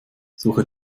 suche